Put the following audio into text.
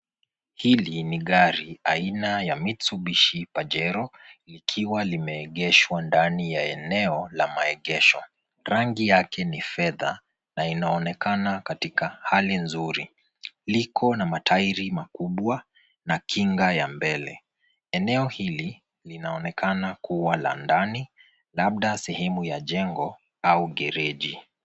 Hili ni gari aina ya Mitsubishi Pajero likiwa limeegeshwa ndani eneo la maegesho. Rangi yake ni fedha na inaonekana katika hali nzuri. Liko na matairi makubwa na kinga ya mbele. Eneo hili linaonekana kuwa la ndani, labda sehemu ya jengo au gereji .